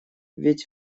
ведь